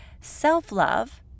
self-love